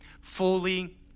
fully